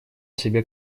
себе